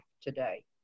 today